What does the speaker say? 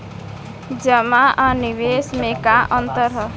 जमा आ निवेश में का अंतर ह?